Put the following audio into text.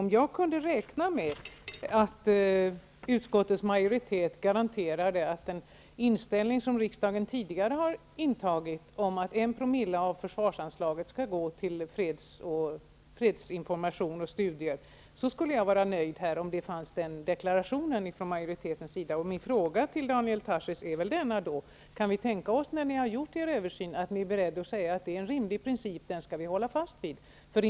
Om jag kunde räkna med att utskotets majoritet garanterade att den inställning som riksdagen tidigare har intagit om att en promille av försvarsanslaget skall gå till fredsinformation och fredsstudier, skulle jag vara nöjd om det fanns en sådan deklaration från majoritetens sida. Min fråga till Daniel Tarschys är följande: Kan man tänka sig att ni när ni har gjort er översyn är beredda att säga att det är en rimlig princip och att man skall hålla fast vid den?